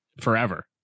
forever